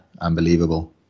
unbelievable